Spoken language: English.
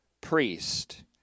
priest